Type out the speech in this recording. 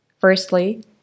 Firstly